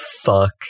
fuck